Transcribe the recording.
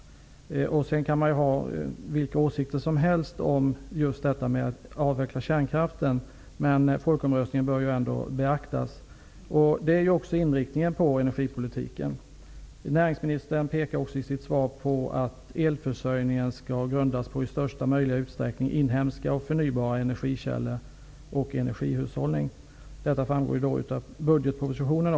Man kan ha vilka åsikter som helst om att kärnkraften skall avvecklas, men folkomröstningen bör ju ändå beaktas. Det är ju också inriktningen på energipolitiken. Näringsministern pekar i sitt svar också på att elförsörjningen i största möjliga utsträckning skall grundas på inhemska och förnybara energikällor samt energihushållning. Detta framgår även av budgetpropositionen.